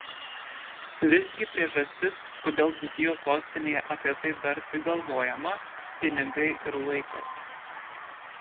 visgi priežastis kodėl dzūkijos sostinėje apie tai dar tik galvojama pinigai ir laikas